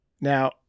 Now